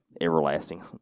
everlasting